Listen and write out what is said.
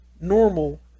normal